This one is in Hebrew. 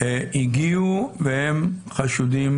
הגיעו והם חשודים.